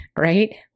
right